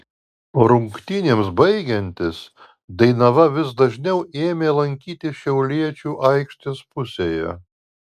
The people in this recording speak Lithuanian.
rungtynėms baigiantis dainava vis dažniau ėmė lankytis šiauliečių aikštės pusėje